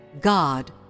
God